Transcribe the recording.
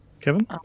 Kevin